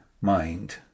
mind